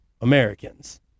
Americans